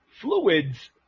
fluids